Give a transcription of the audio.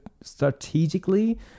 strategically